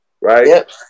right